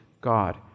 God